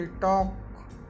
talk